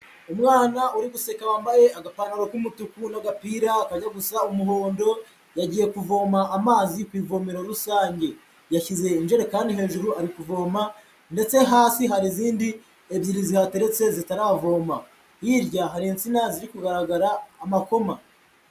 Umwana uri guse wambaye agapantaro k'umutuku n'agapira kajya gusa umuhondo yagiye kuvoma amazi kuvomero rusange, yashyizejere kandi hejuru ari kuvoma ndetse hafi hari izindi ebyiri zateretse zitaravoma, hirya atina ziri kugaragara amakoma.